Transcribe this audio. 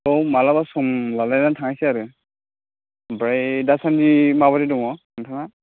औ माब्लाबा सम लालायनानै थांनायसै आरो आमफ्राय दासान्दि माब्रै दङ नोंथाङा